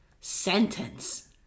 sentence